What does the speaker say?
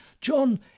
John